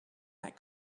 that